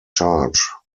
charge